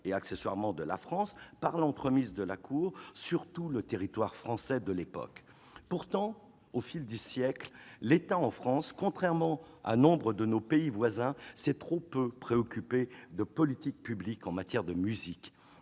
et accessoirement de la France, par l'entremise de la Cour, sur tout le territoire français de l'époque. Pourtant, au fil des siècles, l'État, en France, contrairement à nombre de nos pays voisins, s'est trop peu préoccupé de politique publique en matière de musique.